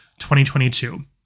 2022